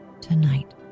tonight